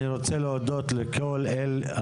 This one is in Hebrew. אני רוצה להודות לכל אלה